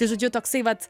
tai žodžiu toksai vat